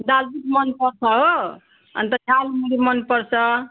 दालमोठ मन पर्छ हो अनि त झालमुरी मन पर्छ